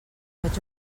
faig